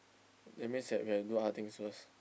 that means that we have to do other things first